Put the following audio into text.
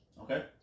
Okay